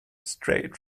straight